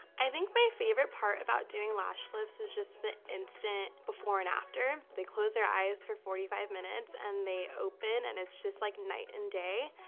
i think my favorite part about doing lash lifts is just the instant before and after. they close their eyes for forty five minutes and they open, and it's just like night and day.